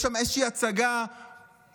יש שם איזושהי הצגה מונפצת,